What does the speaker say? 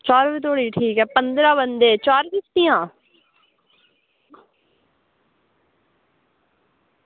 चार बजे धोड़ी ठीक ऐ पंदरां बंदे चार छुट्टियां